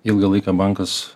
ilgą laiką bankas